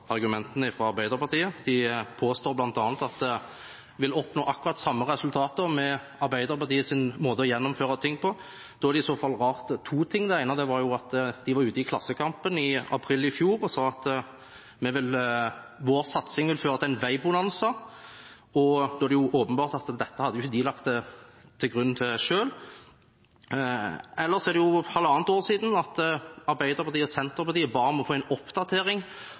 argumentene fra Arbeiderpartiet. De påstår bl.a. at en vil oppnå akkurat de samme resultater med Arbeiderpartiets måte å gjennomføre ting på. Da er i så fall to ting rart. Det ene er at de var ute i Klassekampen i april i fjor og sa at vår satsing vil føre til en veibonanza, og da er det åpenbart at dette hadde de ikke lagt til grunn selv. Ellers er det halvannet år siden Arbeiderpartiet og Senterpartiet ba om å få en oppdatering